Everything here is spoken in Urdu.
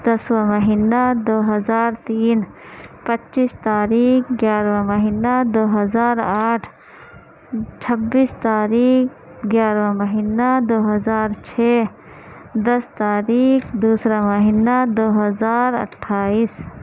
دسواں مہینہ دو ہزار تین پچیس تاریخ گیارہواں مہینہ دو ہزار آٹھ چھبیس تاریخ گیارہواں مہینہ دو ہزار چھ دس تاریخ دوسرا مہینہ دو ہزار اٹھائیس